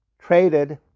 traded